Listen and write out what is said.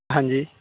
ਹਾਂਜੀ